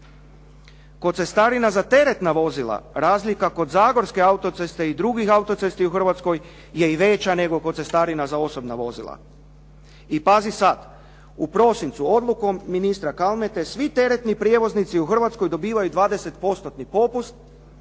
Kod cestarina za teretna vozila, razlika kod Zagorske autoceste i drugih autocesti u Hrvatskoj je i veća nego kod cestarina za osobna vozila. I pazi sad, u prosincu odlukom ministra Kalmete svi teretni prijevoznici u Hrvatskoj dobivaju 20 postotni